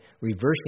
reversing